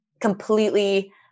completely